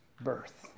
birth